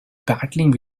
battling